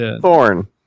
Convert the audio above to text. Thorn